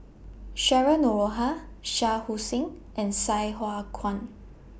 Cheryl Noronha Shah Hussain and Sai Hua Kuan